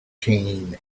team